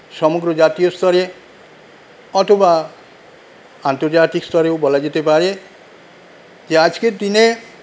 সমগ্র জাতীয় স্তরে অথবা আন্তর্জাতিক স্তরেও বলা যেতে পারে যে আজকের দিনে